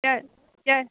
کیٛاہ کیٛاہ